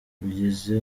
bigeze